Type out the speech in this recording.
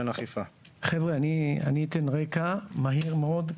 אני אתן רקע מהיר מאוד.